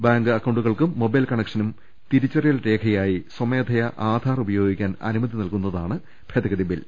bank അക്കൌ ണ്ടുകൾക്കും mobile കണക്ഷനും തിരിച്ചറിയൽ രേഖയായി സ്വമേധയാ ആധാർ ഉപയോഗിക്കാൻ അനുമതി നൽകുന്നതാണ് ഭേദ ഗതി ബിൽ